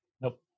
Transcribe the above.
Nope